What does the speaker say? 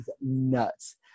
nuts